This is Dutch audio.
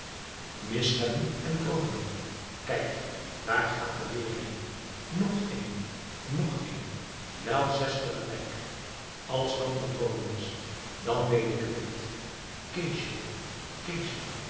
mishebben en droomen kijk daar gaat er weer een nog een nog een wel zes te gelijk als dàt nu droomen is dan weet ik het niet keesje